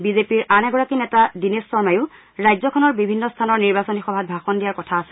BJP দলৰ আন এগৰাকী নেতা দীনেশ শৰ্মায়ো ৰাজ্যখনৰ বিভিন্ন স্থানৰ নিৰ্বাচনী সভাত ভাষণ দিয়াৰ কথা আছে